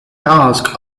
task